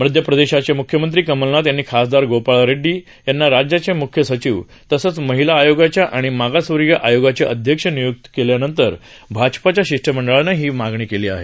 मध्य प्रदेशाचे म्ख्यमंत्री कमल नाथ यांनी खासदार गोपाळ रेडी याना राज्याचे मुख्य सचिव तसंच महिला आयोगाच्या आणि मागासवर्गीय आयोगाचे अध्यक्ष नियुक्त केल्या नंतर भाजपाच्या शिष्टमंडळानं ही मागणी केली आहे